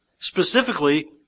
Specifically